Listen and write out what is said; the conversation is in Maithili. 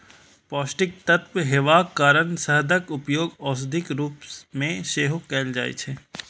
पौष्टिक तत्व हेबाक कारण शहदक उपयोग औषधिक रूप मे सेहो कैल जाइ छै